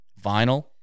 vinyl